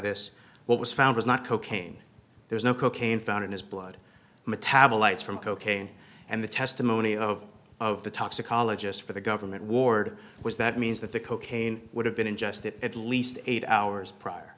this what was found was not cocaine there's no cocaine found in his blood metabolites from cocaine and the testimony of of the toxicologist for the government ward was that means that the cocaine would have been ingested at least eight hours prior